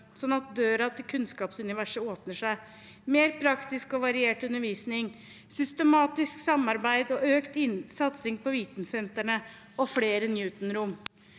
(første dag) 2023 verset åpner seg, mer praktisk og variert undervisning, systematisk samarbeid og økt satsing på vitensentrene og flere Newton-rom.